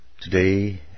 Today